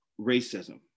racism